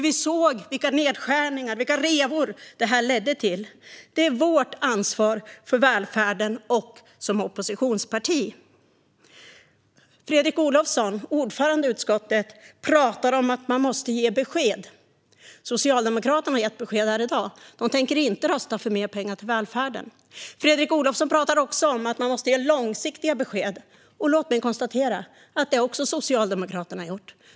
Vi såg vilka nedskärningar, vilka revor, det ledde till. Det är vårt ansvar att agera för välfärden och som oppositionsparti. Fredrik Olovsson, ordförande för utskottet, pratar om att man måste ge besked. Socialdemokraterna har gett besked här i dag: De tänker inte rösta för mer pengar till välfärden. Fredrik Olovsson pratar också om att man måste ge långsiktiga besked. Låt mig konstatera att det har Socialdemokraterna också gjort.